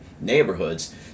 neighborhoods